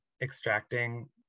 extracting